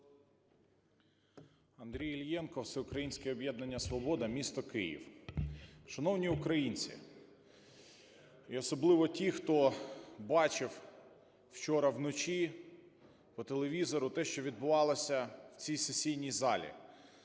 Андрій Іллєнко, "Всеукраїнське об'єднання "Свобода", місто Київ. Шановні українці, і особливо ті, хто бачив вчора вночі по телевізору те, що відбувалося в цій сесійній залі!